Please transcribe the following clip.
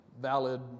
valid